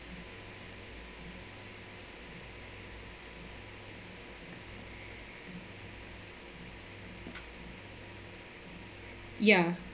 ya